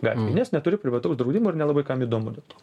gatvėj nes neturi privataus draudimo ir nelabai kam įdomu būtų